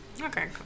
Okay